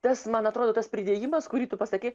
tas man atrodo tas pridėjimas kurį tu pasakei